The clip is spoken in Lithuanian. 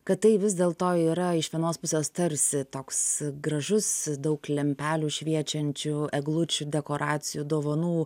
kad tai vis dėl to yra iš vienos pusės tarsi toks gražus daug lempelių šviečiančių eglučių dekoracijų dovanų